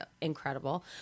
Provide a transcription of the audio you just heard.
incredible